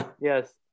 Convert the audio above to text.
Yes